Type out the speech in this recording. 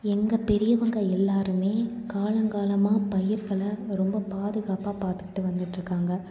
எங்கள் பெரியவங்க எல்லாருமே காலம் காலமாக பயிர்களை ரொம்ப பாதுகாப்பாக பார்த்துக்கிட்டு வந்துகிட்டு இருகாங்க